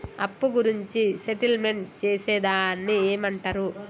అప్పు గురించి సెటిల్మెంట్ చేసేదాన్ని ఏమంటరు?